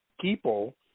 people